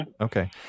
Okay